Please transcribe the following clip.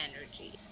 energy